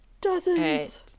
Dozens